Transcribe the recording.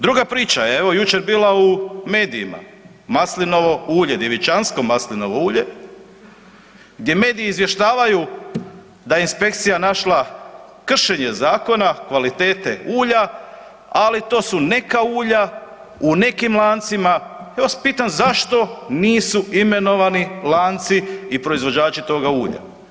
Druga priča je, evo jučer bila u medijima, maslinovo ulje, djevičansko maslinovo ulje gdje medij izvještavaju da je inspekcija našla kršenje zakona kvalitete ulja ali to su neka ulja, u nekim lancima, ja vas pitam zašto nisu imenovani lanci i proizvođači toga ulja?